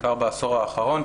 בעיקר בעשור האחרון,